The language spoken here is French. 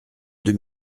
deux